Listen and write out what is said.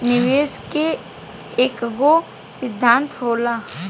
निवेश के एकेगो सिद्धान्त होला